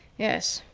yes,